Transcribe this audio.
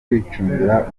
kwicungira